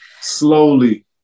slowly